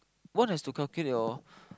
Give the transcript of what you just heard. what has to calculate hor